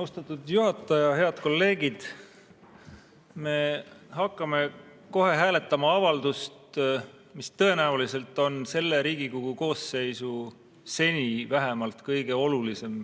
Austatud juhataja! Head kolleegid! Me hakkame kohe hääletama avaldust, mis tõenäoliselt on selle Riigikogu koosseisu vähemalt seni kõige olulisem